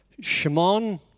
Shimon